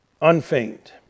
unfeigned